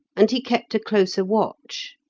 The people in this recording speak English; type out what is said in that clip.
and he kept a closer watch.